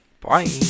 bye